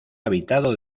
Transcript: habitado